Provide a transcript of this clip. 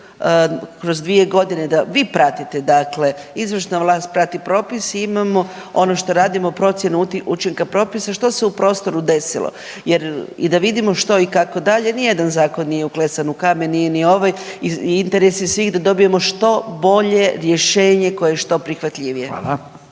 kroz 2 godine da vi pratite dakle, izvršna vlast prati propis i imamo ono što radimo procjenu učinka propisa, što se u prostoru desilo jer, i da vidimo što i kako dalje. Nijedan zakon nije uklesan u kamen, nije ni ovaj i interes je svih da dobijemo što bolje rješenje koje je što prihvatljivije.